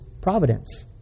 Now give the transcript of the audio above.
providence